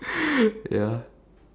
ya